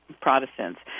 Protestants